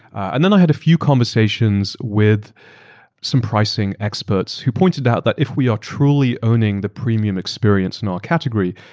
and then i had a few conversations with some pricing experts who pointed out that if we're truly owning the premium experience now category,